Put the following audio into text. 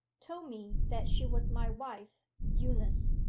told me that she was my wife eunice.